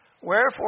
Wherefore